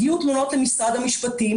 הגיעו תלונות למשרד המשפטים,